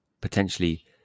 potentially